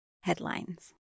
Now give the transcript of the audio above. headlines